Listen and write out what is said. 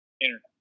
internet